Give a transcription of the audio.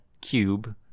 cube